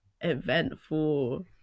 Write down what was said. eventful